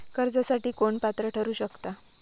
कर्जासाठी कोण पात्र ठरु शकता?